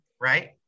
right